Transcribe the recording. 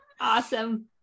Awesome